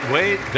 Wait